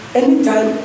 anytime